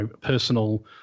personal